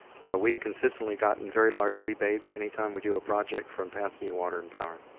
so we've consistently gotten very large rebates anytime we do a project from pasadena water and power.